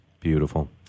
Beautiful